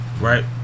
Right